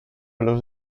los